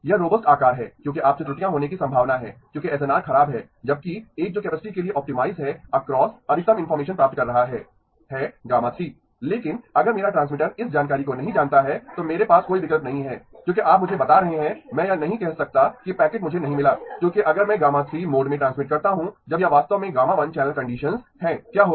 यह रोबस्ट आकार है क्योंकि आपसे त्रुटियां होने की संभावना है क्योंकि एसएनआर खराब है जबकि एक जो कैपेसिटी के लिए ऑप्टिमाइज़ है अक्रॉस अधिकतम इनफार्मेशन प्राप्त कर रहा है है γ3 लेकिन अगर मेरा ट्रांसमीटर इस जानकारी को नहीं जानता है तो मेरे पास कोई विकल्प नहीं है क्योंकि आप मुझे बता रहे हैं मैं यह नहीं कह सकता कि पैकेट मुझे नहीं मिला क्योंकि अगर मैं γ3 मोड में ट्रांसमिट करता हूं जब यह वास्तव में γ1 चैनल कंडीशन्स हैं क्या होगा